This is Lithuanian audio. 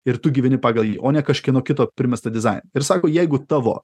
ir tu gyveni pagal jį o ne kažkieno kito primestą dizain ir sako jeigu tavo